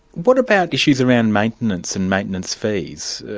what about issues around maintenance, and maintenance fees?